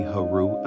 Haru